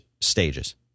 stages